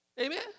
Amen